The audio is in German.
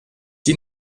die